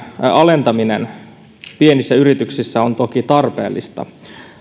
alentaminen pienissä yrityksissä on toki tarpeellista